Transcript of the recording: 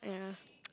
!aiya!